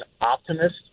optimist